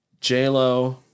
J-Lo